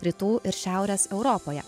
rytų ir šiaurės europoje